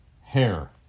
Hair